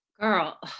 girl